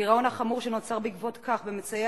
הגירעון החמור שנוצר בעקבות כך במצאי